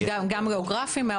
גם גיאוגרפי.